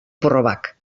probak